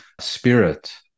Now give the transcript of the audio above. spirit